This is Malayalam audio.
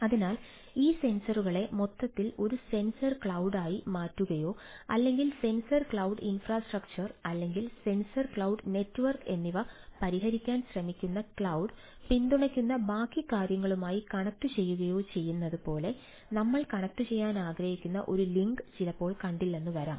അതിനാൽ ഈ സെൻസറുകളെ മൊത്തത്തിൽ ഒരു സെൻസർ ക്ലൌഡാക്കി ചിലപ്പോൾ കണ്ടില്ലെന്നു വരാം